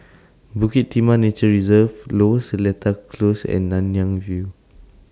Bukit Timah Nature Reserve Lower Seletar Close and Nanyang View